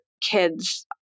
kids